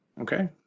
okay